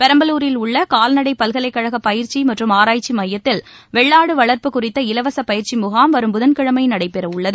பெரம்பலூரில் உள்ள கால்நடை பல்கலைக்கழக பயிற்சி மற்றும் ஆராய்ச்சி மையத்தில் வெள்ளாடு வளர்ப்பு குறித்த இலவச பயிற்சி முகாம் வரும் புதன்கிழமை நடைபெறவுள்ளது